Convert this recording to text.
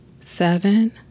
seven